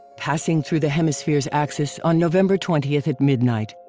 passing through the hemisphere's axis on november twentieth at midnight,